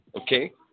Okay